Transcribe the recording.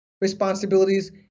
responsibilities